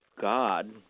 God